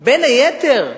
בין היתר,